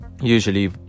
usually